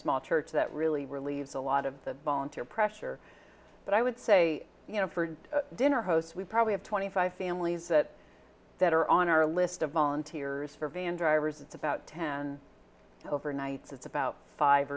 small church that really relieves a lot of the volunteer pressure but i would say you know for dinner hosts we probably have twenty five families that that are on our list of volunteers for van drivers it's about ten overnights it's about five